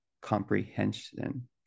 comprehension